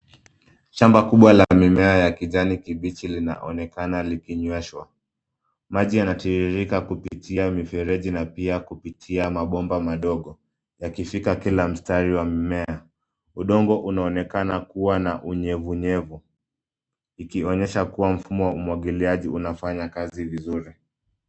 Shamba kubwa la mimea ya kijani kibichi linaonekana likinyweshwa. Maji yanatiririka kupitia mifereji na pia kupitia mabomba madogo yakifika kila mstari wa mmea. Udongo unaonekana kuwa na unyevunyevu ikionyesha kuwa mfumo wa umwagiliaji unafanya kazi vizuri.